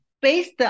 Based